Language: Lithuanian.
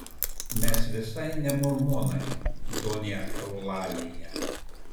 mes visai ne mormonai donja eulalija